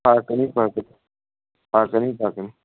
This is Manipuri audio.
ꯐꯔꯛꯀꯅꯤ ꯐꯔꯛꯀꯅꯤ ꯐꯔꯛꯀꯅꯤ ꯐꯔꯛꯀꯅꯤ